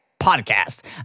podcast